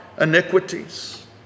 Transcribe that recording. iniquities